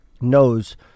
knows